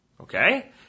Okay